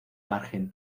margen